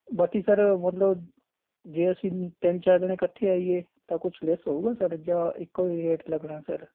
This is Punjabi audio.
ਬਾਕੀ ਸਰ ਮਤਲਬ ਜੇ ਅਸੀਂ ਤਿੰਨ ਚਾਰ ਜਣੇ ਇਕੱਠੇ ਆਈਏ ਤਾਂ ਕੁਛ ਲੈੱਸ ਹੋਵੇਗਾ ਸਰ ਜਾਂ ਇੱਕੋ ਹੀ ਰੇਟ ਲੱਗਣਾ ਸਰ